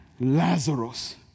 Lazarus